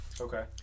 Okay